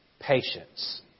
patience